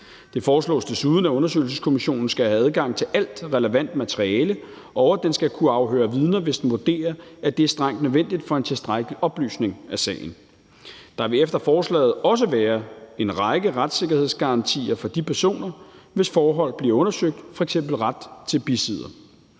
Det foreslås desuden, at undersøgelseskommissionen skal have adgang til alt relevant materiale, og at den skal kunne afhøre vidner, hvis den vurderer, at det er strengt nødvendigt for en tilstrækkelig oplysning af sagen. Der vil efter forslaget også være en række retssikkerhedsgarantier for de personer, hvis forhold bliver undersøgt, f.eks. ret til bisidder.